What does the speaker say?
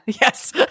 Yes